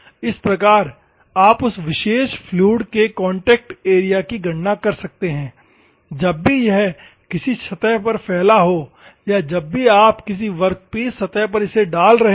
इस प्रकार आप उस विशेष फ्लूइड के कांटेक्ट एरिया की गणना कर सकते हैं जब भी यह किसी सतह पर फैला हो या जब भी आप किसी वर्कपीस सतह पर इसे डाल रहे हों